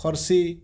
ଖରସି୍